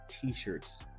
t-shirts